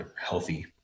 healthy